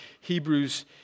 Hebrews